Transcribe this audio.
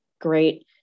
great